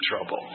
trouble